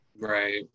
Right